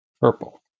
Purple